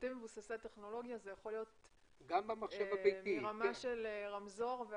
שירותים מבוססי טכנולוגיה יכולים להיות מרמה של רמזור,